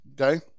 okay